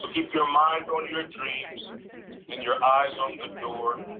but keep your mind on your dreams and your eyes on the door.